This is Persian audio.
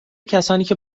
کسانیکه